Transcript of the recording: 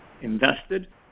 invested